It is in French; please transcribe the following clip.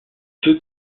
peu